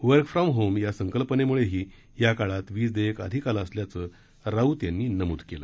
work from home या संकल्पनेमुळेही या काळात वीज देयक अधिक आलं असल्याचं राऊत यांनी नमूद केलं